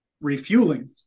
refueling